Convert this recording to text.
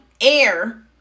air